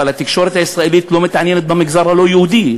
אבל התקשורת הישראלית לא מתעניינת במגזר הלא-יהודי,